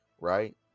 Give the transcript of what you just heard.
right